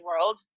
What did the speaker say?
world